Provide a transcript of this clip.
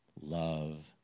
love